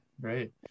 great